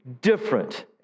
different